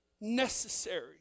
necessary